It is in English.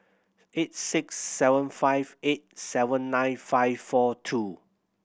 eight six seven five eight seven nine five four two